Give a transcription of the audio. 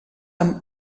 amb